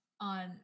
on